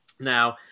Now